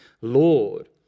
Lord